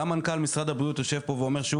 וגם מנכ"ל משרד הבריאות יושב פה ואומר שהוא